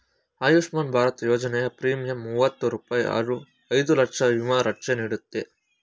ಆಯುಷ್ಮಾನ್ ಭಾರತ ಯೋಜನೆಯ ಪ್ರೀಮಿಯಂ ಮೂವತ್ತು ರೂಪಾಯಿ ಹಾಗೂ ಐದು ಲಕ್ಷ ವಿಮಾ ರಕ್ಷೆ ನೀಡುತ್ತೆ